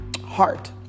heart